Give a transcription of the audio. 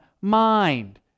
mind